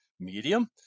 Medium